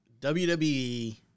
WWE